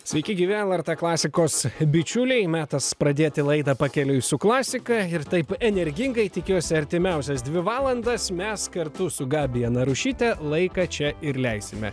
sveiki gyvi lrt klasikos bičiuliai metas pradėti laidą pakeliui su klasika ir taip energingai tikiuosi artimiausias dvi valandas mes kartu su gabija narušyte laiką čia ir leisime